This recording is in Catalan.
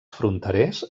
fronterers